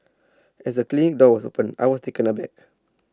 as the clinic door opened I was taken aback